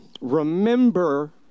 remember